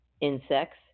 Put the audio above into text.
insects